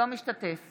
אינו משתתף